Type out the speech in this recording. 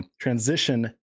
transition